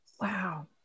wow